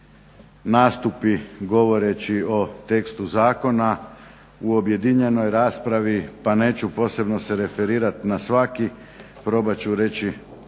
nastupi govoreći o tekstu zakona u objedinjenoj raspravi pa neću posebno se referirati na svaki, probat ću reći